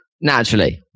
Naturally